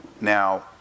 Now